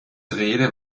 rede